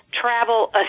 travel